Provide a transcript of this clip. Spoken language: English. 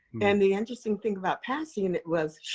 and the interesting thing about passing was, shhhh,